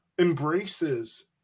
embraces